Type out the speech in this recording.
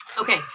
okay